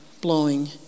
blowing